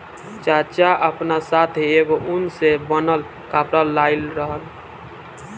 चाचा आपना साथै एगो उन से बनल कपड़ा लाइल रहन